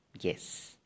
Yes